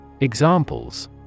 Examples